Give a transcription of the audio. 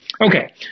Okay